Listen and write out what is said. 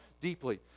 deeply